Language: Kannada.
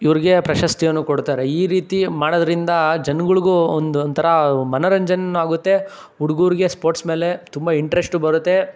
ಇವ್ರಿಗೆ ಪ್ರಶಸ್ತಿಯನ್ನು ಕೊಡ್ತಾರೆ ಈ ರೀತಿ ಮಾಡೋದರಿಂದ ಜನ್ಗಳ್ಗೂ ಒಂದು ಒಂಥರ ಮನೊರಂಜನೆ ಆಗುತ್ತೆ ಹುಡುಗರ್ಗೆ ಸ್ಪೋರ್ಟ್ಸ್ ಮೇಲೆ ತುಂಬ ಇಂಟ್ರೆಷ್ಟು ಬರುತ್ತೆ